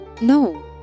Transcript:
No